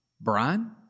Brian